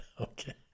okay